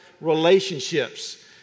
relationships